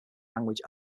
language